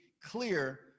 clear